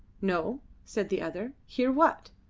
no! said the other. hear what?